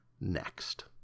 next